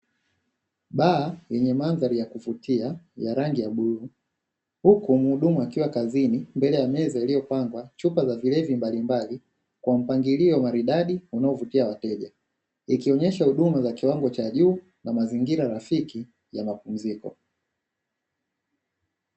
Baa yenye mandhari ya kuvutia ya rangi ya bluu huku muhudumu akiwa kazini mbele ya meza iliyopangwa chupa za vilevi mbalimbali kwa mpangilio maridadi unaovutia wateja, ikionesha huduma za kiwango cha juu na mazingira rafiki ya mapumziko.